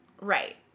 Right